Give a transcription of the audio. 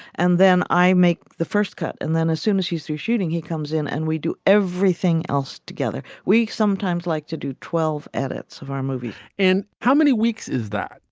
and then i make the first cut. and then as soon as you sees shooting, he comes in and we do everything else together. we sometimes like to do twelve edits of our movie. and how many weeks is that?